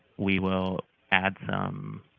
we will add some,